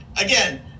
Again